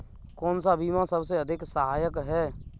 कौन सा बीमा सबसे अधिक सहायक है?